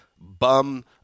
bum